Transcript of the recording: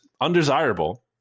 undesirable